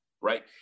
right